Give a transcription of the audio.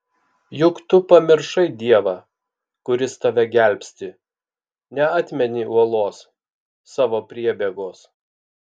juk tu pamiršai dievą kuris tave gelbsti neatmeni uolos savo priebėgos